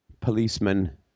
policemen